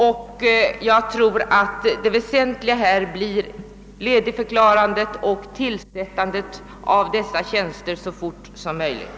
Det väsentliga blir enligt min mening att ledigförklara och tillsätta dessa tjänster så fort som möjligt.